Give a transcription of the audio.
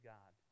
God